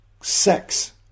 sex